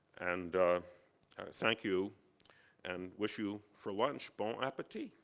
and thank you and wish you, for lunch, bon appetit.